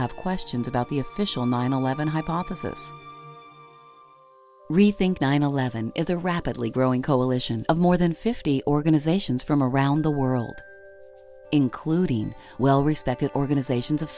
have questions about the official nine eleven hypothesis rethink nine eleven is a rapidly growing coalition of more than fifty organizations from around the world including well respected organizations of